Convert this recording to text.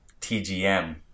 TGM